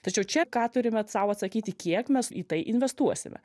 tačiau čia ką turime sau atsakyti kiek mes į tai investuosime